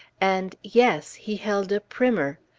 and yes! he held a primer!